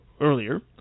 earlier